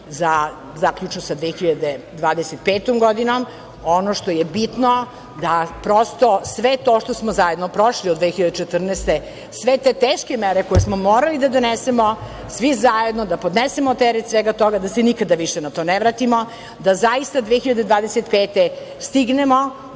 zaključno sa 2025. godinom. Ono što je bitno, da sve to što smo zajedno prošli od 2014. godine, sve te teške mere koje smo morali da donesemo svi zajedno, da podnesemo teret svega toga, da se nikada više na to ne vratimo, da zaista 2025. godine